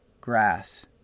grass